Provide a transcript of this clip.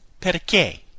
perché